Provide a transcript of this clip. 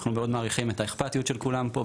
אנחנו מעריכים מאוד את האכפתיות של כולם פה,